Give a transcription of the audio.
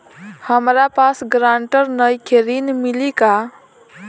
हमरा पास ग्रांटर नईखे ऋण मिली का?